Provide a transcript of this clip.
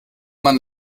man